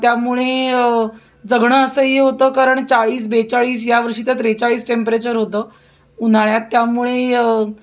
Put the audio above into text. त्यामुळे जगणं असह्य होतं कारण चाळीस बेचाळीस यावर्षी तर त्रेचाळीस टेम्परेचर होतं उन्हाळ्यात त्यामुळे